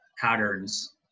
patterns